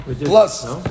plus